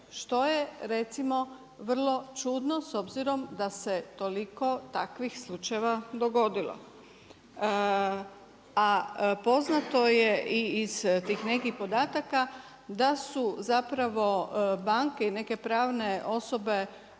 što je recimo vrlo čudno s obzirom da se toliko takvih slučajeva dogodilo. A poznato je i iz tih nekih podataka da su banke i neke pravne osobe